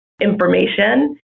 information